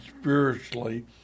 spiritually